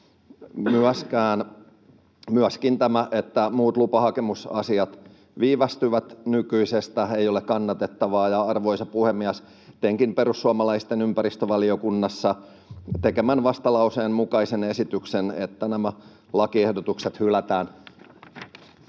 Myöskään tämä, että muut lupahakemusasiat viivästyvät nykyisestä, ei ole kannatettavaa. Arvoisa puhemies! Teenkin perussuomalaisten ympäristövaliokunnassa tekemän vastalauseen mukaisen esityksen, että nämä lakiehdotukset hylätään.